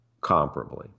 comparably